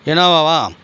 Innova